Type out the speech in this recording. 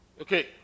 Okay